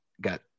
got